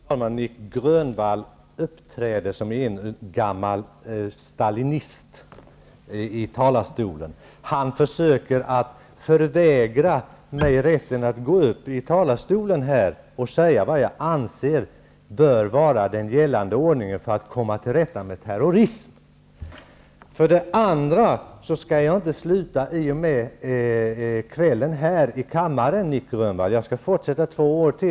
Fru talman! Nic Grönvall uppträder i talarstolen som en gammal stalinist. Han försöker att förvägra mig rätten att gå upp i talarstolen och säga vad jag anser bör vara den gällande ordningen för att komma till rätta med terrorism. Jag skall inte sluta i riksdagen i och med den här kvällen i kammaren, Nic Grönvall. Jag skall fortsätta två år till.